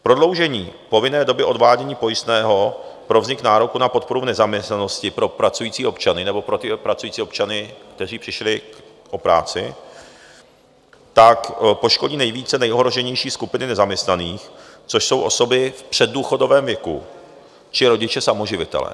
Prodloužení povinné doby odvádění pojistného pro vznik nároku na podporu v nezaměstnanosti pro pracující občany nebo pro pracující občany, kteří přišli o práci, tak poškodí nejvíce nejohroženější skupiny nezaměstnaných, což jsou osoby v předdůchodovém věku či rodiče samoživitelé.